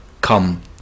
Come